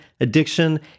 addiction